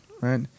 Right